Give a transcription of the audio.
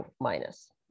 minus